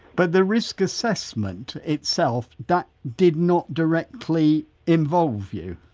but the risk assessment, itself, that did not directly involve you?